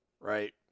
right